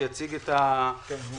שיציג את העשייה,